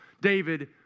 David